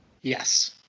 Yes